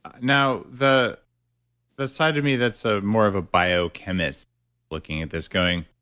now, the the side of me that's a more of a biochemist looking at this going,